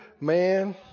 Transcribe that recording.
Man